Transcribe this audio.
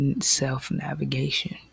self-navigation